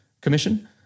Commission